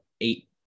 eight